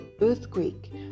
earthquake